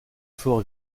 fort